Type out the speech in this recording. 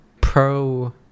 pro